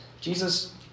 Jesus